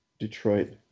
Detroit